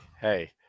hey